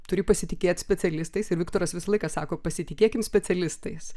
turi pasitikėt specialistais ir viktoras visą laiką sako pasitikėkim specialistais